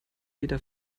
jeder